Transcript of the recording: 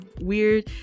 weird